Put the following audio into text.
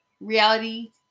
Reality